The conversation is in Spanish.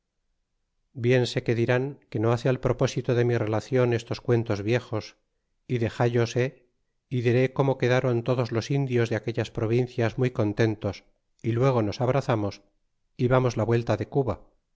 bien sé qué dirán que no hace al propósito de mi relacion estos cuentos viejos y dexalloshe y diré como quedron todos los indios de aquellasprovincias muy contentos y luego nos abrazamos y vamos la vuelta de cuba